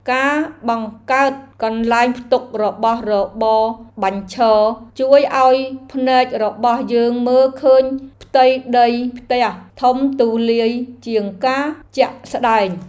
ការបង្កើតកន្លែងផ្ទុករបស់របរបញ្ឈរជួយឱ្យភ្នែករបស់យើងមើលឃើញផ្ទៃដីផ្ទះធំទូលាយជាងការជាក់ស្តែង។